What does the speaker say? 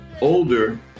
older